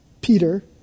Peter